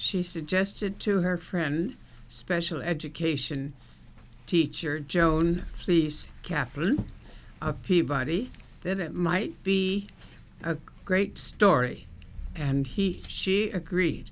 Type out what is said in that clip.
she suggested to her friend special education teacher joan fleece catherine peabody that it might be a great story and he she agreed